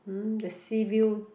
hmm the sea view